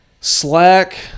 Slack